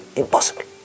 impossible